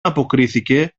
αποκρίθηκε